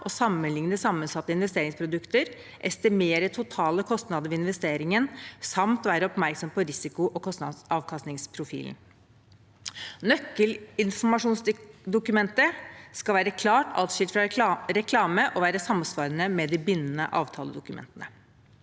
og sammenligne sammensatte investeringsprodukter, estimere totale kostnader ved investeringen og være oppmerksom på risiko- og avkastningsprofilen. Nøkkelinformasjonsdokumentet skal være klart atskilt fra reklame og være samsvarende med de bindende avtaledokumentene.